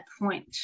point